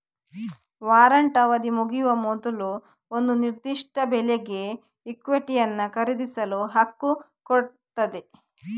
warrant ಅವಧಿ ಮುಗಿಯುವ ಮೊದ್ಲು ಒಂದು ನಿರ್ದಿಷ್ಟ ಬೆಲೆಗೆ ಇಕ್ವಿಟಿಯನ್ನ ಖರೀದಿಸಲು ಹಕ್ಕು ಕೊಡ್ತದೆ